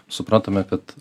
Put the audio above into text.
supratome kad